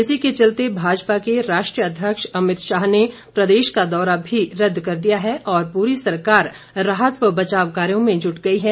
इसी के चलते भाजपा के राष्ट्रीय अध्यक्ष अमितशाह ने प्रदेश का दौरा भी रदद कर दिया है और पूरी सरकार राहत तथा बचाव कार्य में जुट गई है